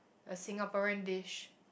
a Singaporean dish